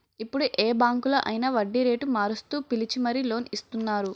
ఇప్పుడు ఏ బాంకులో అయినా వడ్డీరేటు మారుస్తూ పిలిచి మరీ లోన్ ఇస్తున్నారు